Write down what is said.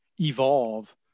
evolve